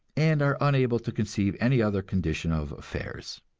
and are unable to conceive any other condition of affairs.